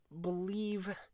believe